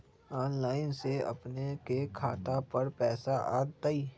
Online से अपने के खाता पर पैसा आ तई?